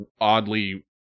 oddly